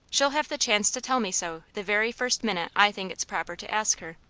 she'll have the chance to tell me so the very first minute i think it's proper to ask her.